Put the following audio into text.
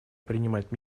принимать